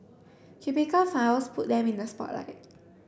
cubicle files put them in the spotlight